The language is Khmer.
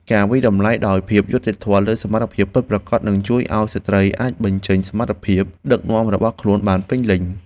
ការវាយតម្លៃដោយភាពយុត្តិធម៌លើសមត្ថភាពពិតប្រាកដនឹងជួយឱ្យស្ត្រីអាចបញ្ចេញសមត្ថភាពដឹកនាំរបស់ខ្លួនបានពេញលេញ។